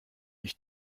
ich